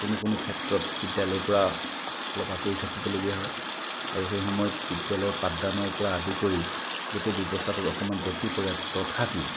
কোনো কোনো ক্ষেত্ৰত বিদ্যালয়ৰ পৰা অলপ আঁতৰি থাকিবলগীয়া হয় আৰু সেই সময়ত বিদ্যালয়ৰ পাঠদানৰ পৰা আদি কৰি গোটেই ব্যৱস্থাটো অকণমান যতি পৰে তথাপিও